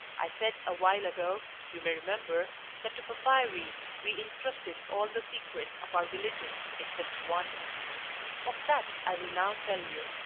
i said awhile ago, you may remember, that to papyri we intrusted all the secrets of our religion except one of that i will now tell you.